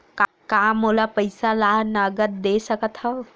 का मोला पईसा ला नगद दे सकत हव?